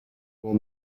will